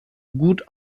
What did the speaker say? gut